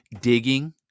digging